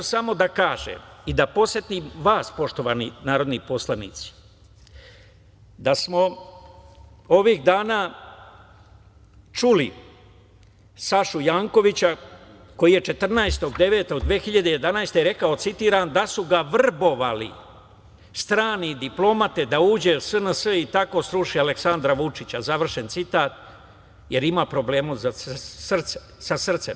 Samo ću da kažem i podsetim vas, poštovani narodni poslanici, da smo ovih dana čuli Sašu Jankovića koji je 14.09.2011. godine rekao, citiram – da su ga vrbovale strane diplomate da uđe u SNS i tako sruši Aleksandra Vučića, završen citat, jer ima problema sa srcem.